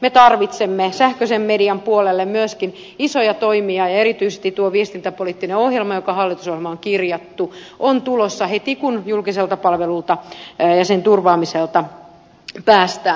me tarvitsemme sähköisen median puolelle myöskin isoja toimia ja erityisesti tuo viestintäpoliittinen ohjelma joka hallitusohjelmaan on kirjattu on tulossa heti kun julkiselta palvelulta ja sen turvaamiselta päästään